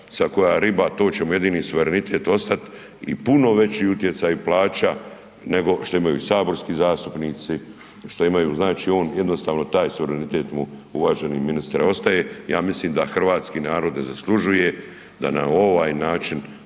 sad koja riba to će mu jedini suverenitet ostati i puno veći utjecaj plaća nego što imaju saborski zastupnici, što imaju, znači on jednostavno taj suverenitet mu uvaženi ministre ostaje. Ja mislim da hrvatski narod ne zaslužuje da na ovaj način